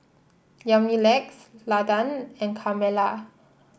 Yamilex Landan and Carmella